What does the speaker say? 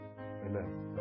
Amen